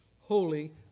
holy